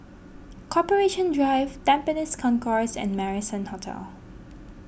Corporation Drive Tampines Concourse and Marrison Hotel